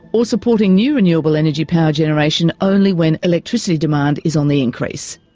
or supporting new renewable energy power generation only when electricity demand is on the increase.